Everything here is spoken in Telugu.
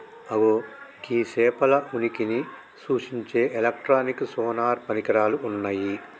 అగో గీ సేపల ఉనికిని సూచించే ఎలక్ట్రానిక్ సోనార్ పరికరాలు ఉన్నయ్యి